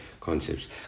concepts